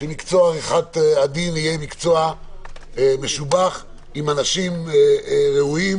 שמקצוע עריכת הדין יהיה מקצוע משובח עם אנשים ראויים,